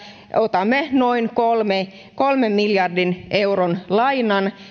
otamme noin kolmen miljardin euron lainan